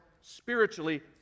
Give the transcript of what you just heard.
spiritually